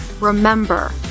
remember